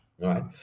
right